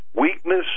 weakness